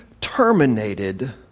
terminated